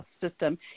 system